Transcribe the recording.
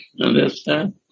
Understand